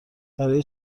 برای